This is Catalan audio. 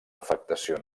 afectació